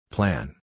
Plan